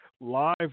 live